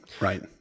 right